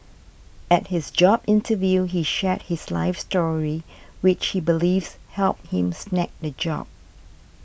at his job interview he shared his life story which he believes helped him snag the job